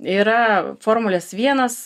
yra formulės vienas